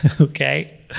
okay